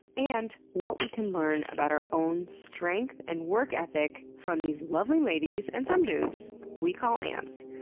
and what we can learn about our own strength and work ethic from these lovely ladies and some dudes we call ants.